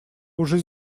уже